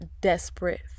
desperate